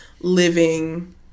living